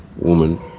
woman